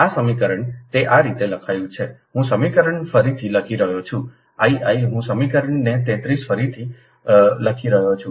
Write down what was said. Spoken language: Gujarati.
આ સમીકરણ It તે આ રીતે લખ્યું છે હું સમીકરણ ફરીથી લખી રહ્યો છું I I હું સમીકરણને 33 ફરીથી લખી રહ્યો છું